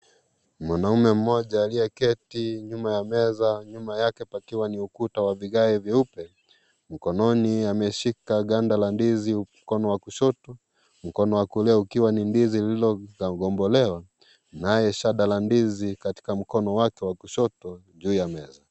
Mwanaume mmoja aliyeketi nyuma ya meza ,nyuma yake pakiwa ni ukuta wa vigae vyeupe mkononi ameshika ganda la ndizi huku mkono wa kushoto ,mkono wa kulia ukiwa ni ndizi lililo gombolewa naye shada la ndizi katika mkono wake wa kushoto juu ya meza.